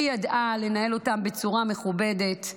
היא ידעה לנהל אותן בצורה מכובדת,